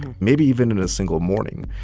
maybe even in a single morning.